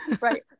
Right